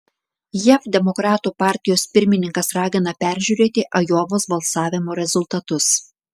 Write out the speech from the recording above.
jav demokratų partijos pirmininkas ragina peržiūrėti ajovos balsavimo rezultatus